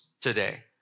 today